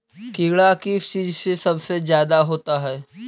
कीड़ा किस चीज से सबसे ज्यादा होता है?